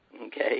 Okay